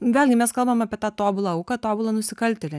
vėlgi mes kalbam apie tą tobulą auką tobulą nusikaltėlį